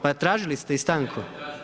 Pa tražili ste i stanku.